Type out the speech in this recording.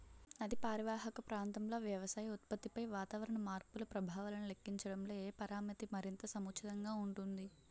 నదీ పరీవాహక ప్రాంతంలో వ్యవసాయ ఉత్పత్తిపై వాతావరణ మార్పుల ప్రభావాలను లెక్కించడంలో ఏ పరామితి మరింత సముచితంగా ఉంటుంది?